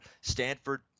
stanford